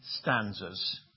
stanzas